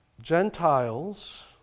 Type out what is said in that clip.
Gentiles